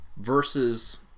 versus